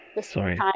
Sorry